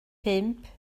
pump